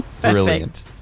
brilliant